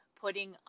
putting